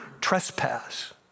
trespass